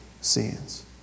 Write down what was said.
sins